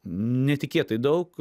netikėtai daug